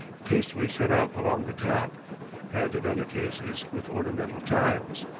tastefully set out along the top and, in other cases, with ornamental tiles.